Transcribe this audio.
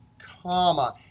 comma.